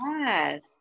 Yes